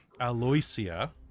Aloysia